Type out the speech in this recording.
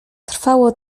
trwało